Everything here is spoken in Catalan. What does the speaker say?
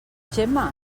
gemma